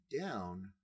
down